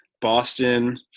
Boston